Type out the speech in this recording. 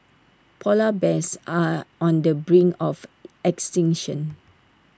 Polar Bears are on the brink of extinction